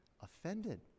offended